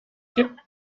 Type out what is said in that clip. kippt